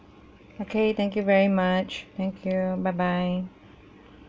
okay thank you very much thank you bye bye